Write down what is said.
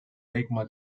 magma